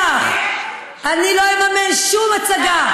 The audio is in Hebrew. אני לא אממן שום הצגה,